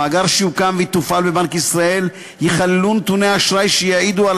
במאגר שיוקם ויתופעל בבנק ישראל ייכללו נתוני האשראי שיעידו על